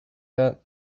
that